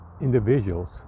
individuals